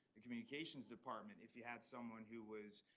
the communications department if you had someone who was,